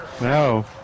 No